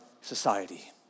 society